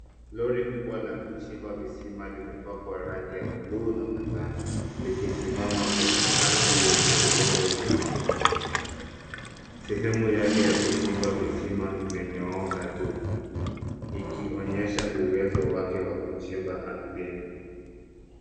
Lory kubwa la kuchimba visima limepakwa rangi ya blue na manjano, likisimama kwenye ardhi yenye udongo mwekundu. Sehemu yake ya kuchimba visima imenyooka juu ikionyesha uwezo wake wa kuchimba ardhini.